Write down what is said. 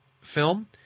film